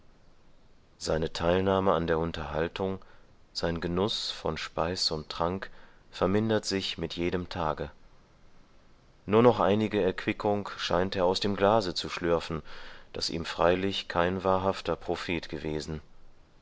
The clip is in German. seine teilnahme an der unterhaltung sein genuß von speis und trank vermindert sich mit jedem tage nur noch einige erquickung scheint er aus dem glase zu schlürfen das ihm freilich kein wahrhafter prophet gewesen